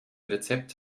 rezept